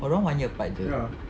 oh dorang one year apart jer